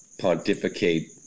pontificate